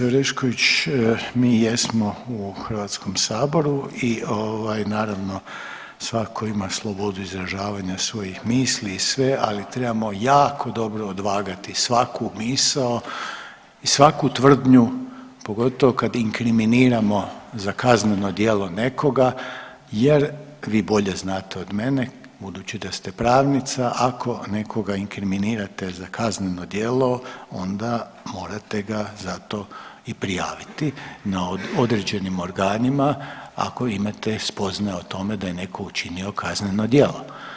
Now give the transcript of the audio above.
Kolegice Orešković, mi jesmo u HS-u i ovaj, naravon, svako ima slobodu izražavanja svojih misli i sve, ali trebamo jako dobro odvagati svaku misao i svaku tvrdnju, pogotovo kad inkriminiramo za kazneno djelo nekoga jer vi bolje znate od mene, budući da ste pravnica, ako nekoga inkriminirate za kazneno djelo, onda morate ga za to i prijaviti određenim organima ako imate spoznaje o tome da je netko učinio kazneno djelo.